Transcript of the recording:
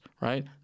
right